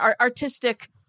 artistic